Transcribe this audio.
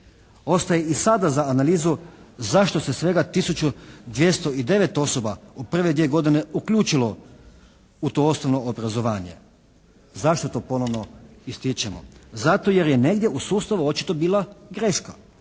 Ostaje i sada za analizu zašto se svega tisuću 209 osoba u prve dvije godine uključilo u to osnovno obrazovanje. Zašto to ponovno ističemo? Zato jer je negdje u sustavu očito bila greška